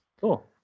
Cool